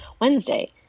Wednesday